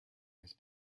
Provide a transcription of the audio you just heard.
has